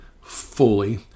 fully